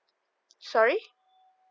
sorry